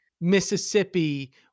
Mississippi